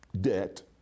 debt